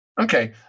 Okay